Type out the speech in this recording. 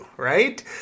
right